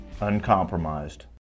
uncompromised